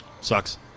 Sucks